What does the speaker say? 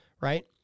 right